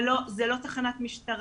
זה לא תחנת משטרה.